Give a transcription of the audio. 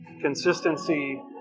consistency